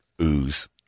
ooze